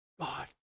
God